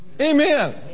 Amen